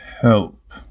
Help